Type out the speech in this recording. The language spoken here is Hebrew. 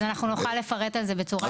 אז אנחנו נוכל לפרט על זה בצורה יותר סדורה.